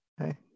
Okay